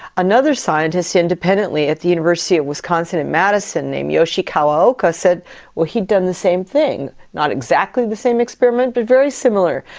another scientist independently at the university of wisconsin in madison named yoshi kawaoka said he'd done the same thing, not exactly the same experiment but very similar,